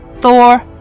Thor